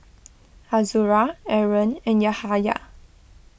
Azura Aaron and Yahaya